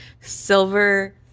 silver